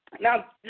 Now